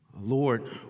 Lord